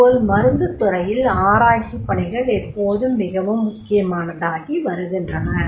அதுபோல் மருந்துத் துறையில் ஆராய்ச்சிப் பணிகள் எப்போதும் மிகவும் முக்கியமானதாகி வருகின்றன